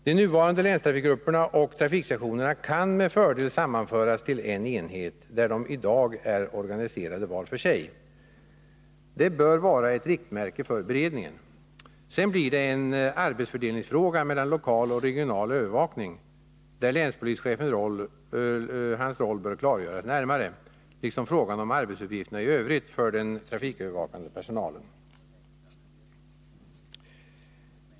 De nuvarande länstrafikgrupperna och trafiksektionerna kan med fördel sammanföras till en enhet, medan de i dag är organiserade var för sig. Det bör vara ett riktmärke för beredningen. Sedan blir det hela en fråga om arbetsfördelning mellan lokal och regional övervakning, där länspolischefens roll bör klargöras närmare liksom frågan om arbetsuppgifterna i övrigt för den trafikövervakande personalen.